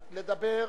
אדוני,